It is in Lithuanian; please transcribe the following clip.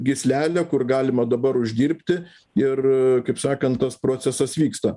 gyslelę kur galima dabar uždirbti ir kaip sakant tas procesas vyksta